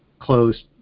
closed